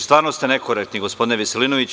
Stvarno ste nekorektni gospodine Veselinoviću.